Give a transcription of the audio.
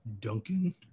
Duncan